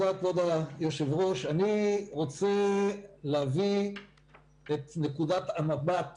אני רוצה להביא את נקודת המבט